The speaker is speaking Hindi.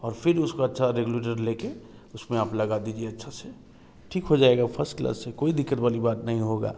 और फिर उसको अच्छा रेगुलेटर लेकर उसमें आप लगा दीजिए अच्छा से ठीक हो जाएगा फस्ट क्लास है कोई दिक्कत वाली बात नहीं होगा